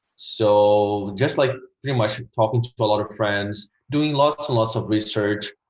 so just like pretty much talking to a lot of friends, doing lots and lots of research.